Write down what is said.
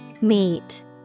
Meet